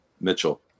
Mitchell